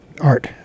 Art